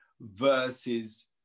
versus